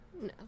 no